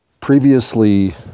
previously